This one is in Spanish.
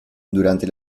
durante